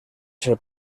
ser